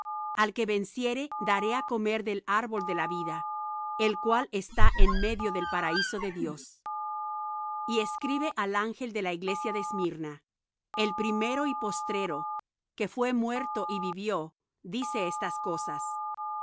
al que venciere daré á comer del árbol de la vida el cual está en medio del paraíso de dios y escribe al ángel de la iglesia en smirna el primero y postrero que fué muerto y vivió dice estas cosas